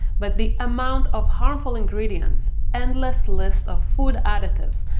but, the amount of harmful ingredients, endless lists of food additives,